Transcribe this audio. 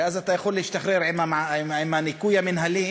ואז אתה יכול להשתחרר עם הניכוי המינהלי,